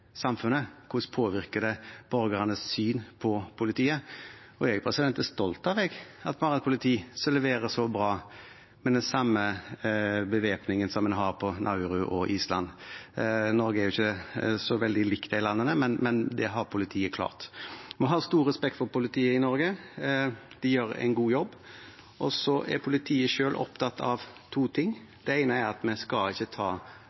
samfunnet, hvordan det påvirker borgernes syn på politiet. Jeg er stolt av at vi har et politi som leverer så bra, med den samme bevæpningen som en har på Nauru og Island. Norge er ikke så veldig likt de landene, men det har politiet klart. Vi har stor respekt for politiet i Norge; de gjør en god jobb. Politiet er selv opptatt av to ting: Det ene er at vi ikke skal ta